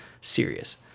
serious